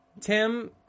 Tim